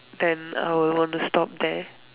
then I will want to stop there